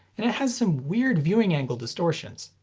and it has some weird viewing angle distortions.